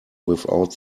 without